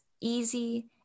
easy